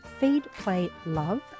feedplaylove